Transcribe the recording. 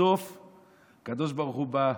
בסוף הקדוש ברוך הוא בא,